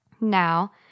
Now